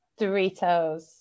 Doritos